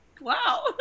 Wow